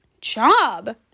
job